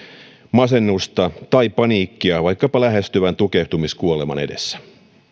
masennusta tai paniikkia vaikkapa lähestyvän tukehtumiskuoleman edessä